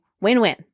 win-win